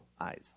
eyes